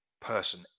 person